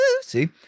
See